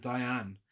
Diane